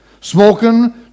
Smoking